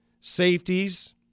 safeties